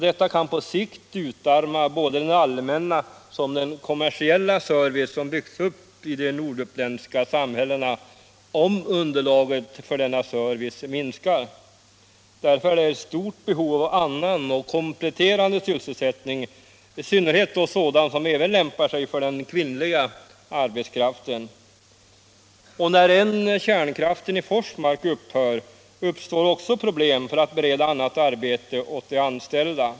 Det kan på sikt utarma både den allmänna och den kommersiella service som byggts upp i de norduppländska samhällena, om underlaget för denna service minskar. Därför är det ett stort behov av annan och kompletterande sysselsättning, i synnerhet då sådan som även lämpar sig för den kvinnliga arbetskraften. När än kärnkraftsutbyggnaden i Forsmark upphör, uppstår problem med att bereda annat arbete åt de anställda.